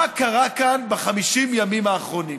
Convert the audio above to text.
מה קרה כאן ב-50 הימים האחרונים?